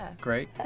Great